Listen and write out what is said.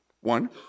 One